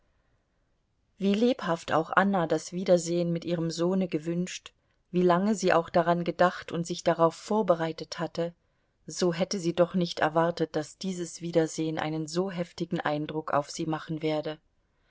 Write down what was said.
wie lebhaft auch anna das wiedersehen mit ihrem sohne gewünscht wie lange sie auch daran gedacht und sich darauf vorbereitet hatte so hätte sie doch nicht erwartet daß dieses wiedersehen einen so heftigen eindruck auf sie machen werde